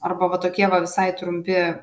arba va tokie va visai trumpi